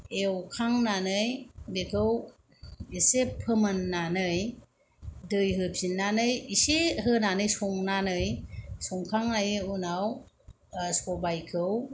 एवखांनानै बेखौ एसे फोमोन्नानै दै होफिन्नानै एसे होनानै संनानै संखांनायनि उनाव सबायखौ